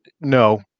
No